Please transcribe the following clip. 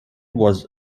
was